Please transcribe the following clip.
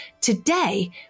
Today